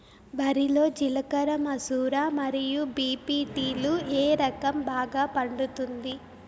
వరి లో జిలకర మసూర మరియు బీ.పీ.టీ లు ఏ రకం బాగా పండుతుంది